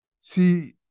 see